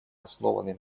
основанный